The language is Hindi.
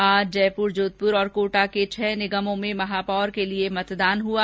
आज जयप्र जोधप्र और कोटा के छह निगमों में महापौर के लिए मतदान हुआ